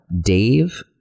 Dave